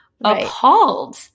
appalled